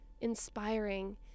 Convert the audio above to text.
inspiring